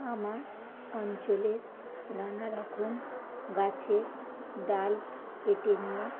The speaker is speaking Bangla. আমার অঞ্চলের নানারকম গাছের ডাল কেটে নিয়ে